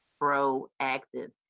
proactive